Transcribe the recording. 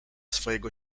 swojego